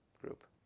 group